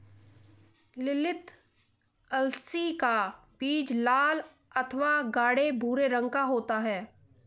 ललीत अलसी का बीज लाल अथवा गाढ़े भूरे रंग का होता है